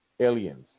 Aliens